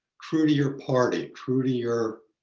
true to your party, true to your.